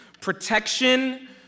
protection